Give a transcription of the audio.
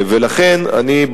ולכן אני,